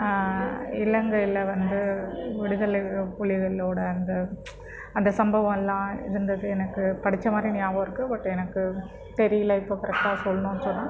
இலங்கையில் வந்து விடுதலை புலிகள்ளோடய அந்த அந்த சம்பவம் எல்லாம் இருந்தது எனக்கு படித்த மாதிரி ஞாபகம் இருக்குது பட் எனக்கு தெரியல இப்போது கரெக்ட்டாக சொல்லணுன் சொன்னால்